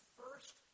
first